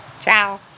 Ciao